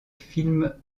films